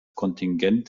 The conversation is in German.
kontingent